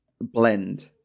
blend